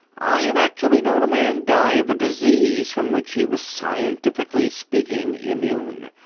i have actually known a man die of a disease from which he was scientifically speaking, immune.